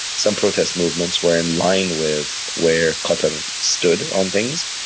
some protest movements were in line with where qatar stood on things,